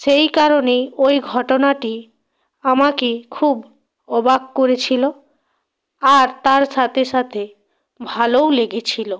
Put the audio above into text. সেই কারণেই ওই ঘটনাটি আমাকে খুব অবাক করেছিলো আর তার সাথে সাথে ভালোও লেগেছিলো